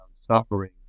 suffering